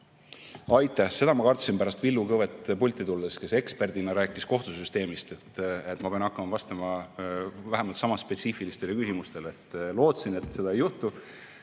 Aitäh! Seda ma kartsin pärast Villu Kõvet pulti tulles, kes eksperdina rääkis kohtusüsteemist, et ma pean hakkama vastama vähemalt sama spetsiifilistele küsimustele. Lootsin, et seda ei juhtu.